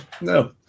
No